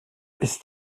ist